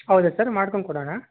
ಹೌದಾ ಸರ್ ಮಾಡಿಕೊಂಡು ಕೊಡೋಣ